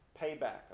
payback